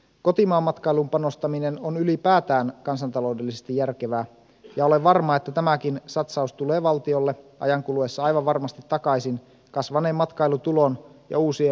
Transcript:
kotimaanmatkailuun panostaminen on ylipäätään kansantaloudellisesti järkevää ja olen varma että tämäkin satsaus tulee valtiolle ajan kuluessa aivan varmasti takaisin kasvaneen matkailutulon ja uusien työpaikkojen kautta